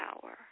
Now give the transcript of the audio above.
power